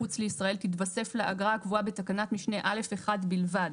מחוץ לישראל - תתווסף לאגרה הקבוצה בתקנת משנה (א)(1) בלבד".